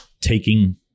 taking